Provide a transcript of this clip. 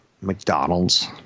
McDonald's